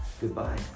Goodbye